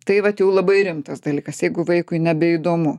tai vat jau labai rimtas dalykas jeigu vaikui nebeįdomu